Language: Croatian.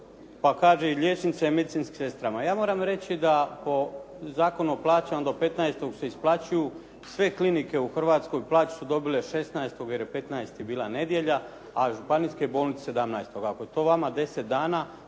pa kaže liječnicima i medicinskim sestrama. Pa ja moram reći da ako Zakon o plaćama do 15. se isplaćuju. Sve klinike u Hrvatskoj su dobile plaću 16. jer je 15. bila nedjelja, a županijske bolnice 17. ako je to vama 10 dana,